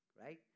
right